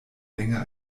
länger